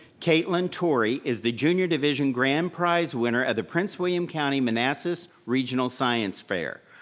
katelyn torrey is the junior division grand prize winner at a prince william county manassas regional science fair.